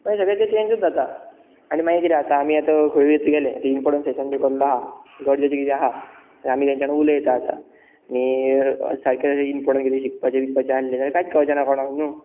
मागीर सगळें तें चेंजूच जाता आनी मागीर कितें जाता आमी आतां खंयूच गेले तें इंपोर्टंट सॅशन बी कसलो आसा गरजेचें कितें आसा आनी आमी तांच्यां वांगडा उलयतात आनी सारकें अशें इंपोर्टंट कितें शिकपाचें बिकपाचें आसलें जाल्यार कांयत कळचे ना कोणाक न्हय